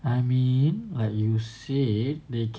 I mean like you said